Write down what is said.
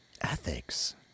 Ethics